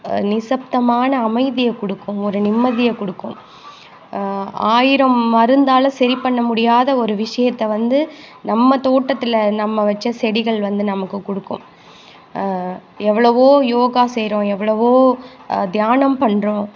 நிசப்தமான அமைதியை கொடுக்கும் ஒரு நிம்மதியை கொடுக்கும் ஆயிரம் மருந்தால் சரி பண்ண முடியாத ஒரு விஷயத்த வந்து நம்ம தோட்டத்தில் நம்ம வச்ச செடிகள் வந்து நமக்கு கொடுக்கும் எவ்வளோவோ யோகா செய்கிறோம் எவ்வளோவோ தியானம் பண்ணுறோம்